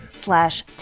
slash